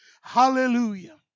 Hallelujah